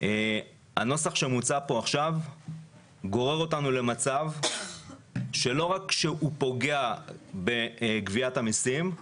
הנוסח שמוצע פה עכשיו גורר אותנו למצב שלא רק שהוא פוגע בגביית המסים,